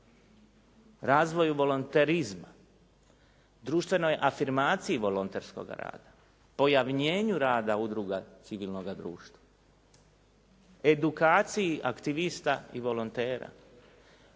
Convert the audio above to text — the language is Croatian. razvoju volonterizma, društvenoj afirmaciji volonterskoga rada, pojavnjenju rada udruga civilnoga društva, edukaciji aktivista i volontera,